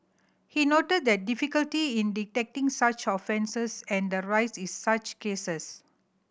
he noted that the difficulty in detecting such offences and the rise in such cases